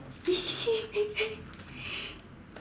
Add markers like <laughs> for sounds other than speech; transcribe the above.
<laughs>